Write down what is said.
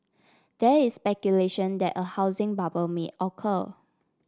there is speculation that a housing bubble may occur